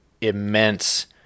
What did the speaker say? immense